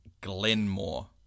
Glenmore